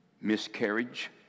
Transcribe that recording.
Miscarriage